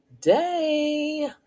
Day